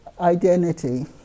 identity